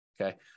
okay